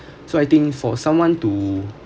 so I think for someone to